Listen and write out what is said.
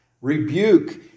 rebuke